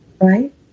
right